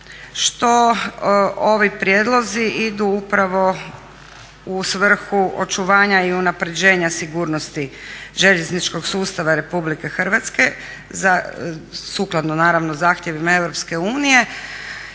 što ovi prijedlozi idu upravo u svrhu očuvanja i unapređenja sigurnosti željezničkog sustava Republike Hrvatske sukladno naravno zahtjevima Europske unije.